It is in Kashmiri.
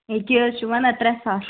ہے کیٛاہ حظ چھُ ونان ترٛےٚ ساس